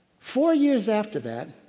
four years after that,